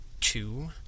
Two